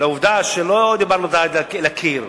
לעובדה שלא דיברתם לקיר.